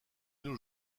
nos